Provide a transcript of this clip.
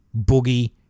Boogie